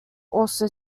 also